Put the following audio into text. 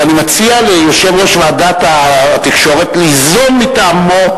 ואני מציע ליושב-ראש ועדת התקשורת ליזום מטעמו,